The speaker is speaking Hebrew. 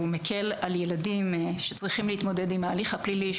והוא מקל על ילדים שצריכים להתמודד עם ההליך הפלילי,